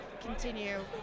continue